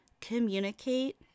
communicate